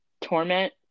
torment